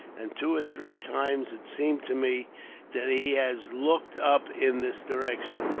and two or three times it seems to me that he has looked up in this direction.